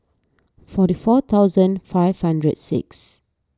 forty four thousand five hundred six